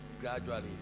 gradually